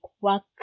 work